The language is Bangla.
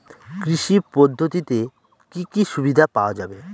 কৃষি পদ্ধতিতে কি কি সুবিধা পাওয়া যাবে?